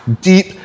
deep